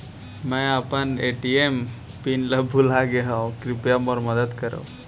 मै अपन ATM PIN ला भूलागे हव, कृपया मोर मदद करव